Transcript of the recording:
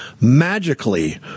magically